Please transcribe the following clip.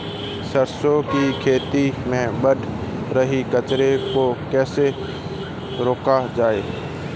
सरसों की खेती में बढ़ रहे कचरे को कैसे रोका जाए?